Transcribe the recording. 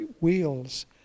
wheels